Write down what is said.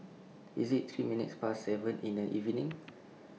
IT IS three minutes Past seven in The evening